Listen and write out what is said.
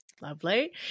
Lovely